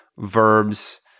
Verbs